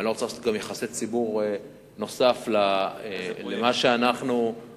ואני גם לא רוצה לעשות יחסי ציבור לפרויקטים נוסף על מה שאנחנו רואים.